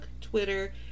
Twitter